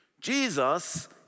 Jesus